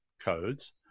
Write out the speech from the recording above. codes